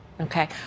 Okay